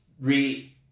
re